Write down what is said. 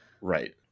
right